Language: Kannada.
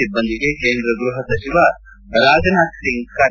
ಸಿಬ್ಬಂದಿಗೆ ಕೇಂದ್ರ ಗೃಹ ಸಚಿವ ರಾಜನಾಥ್ ಸಿಂಗ್ ಕರೆ